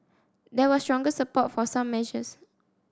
there was stronger support for some measures